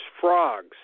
frogs